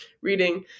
reading